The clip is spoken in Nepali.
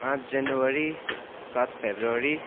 पाँच जनवरी सात फेब्रुवरी